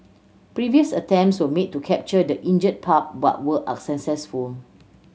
previous attempts were made to capture the injured pup but were unsuccessful